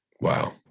Wow